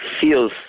feels